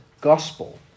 Gospel